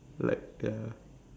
like ya